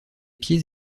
pieds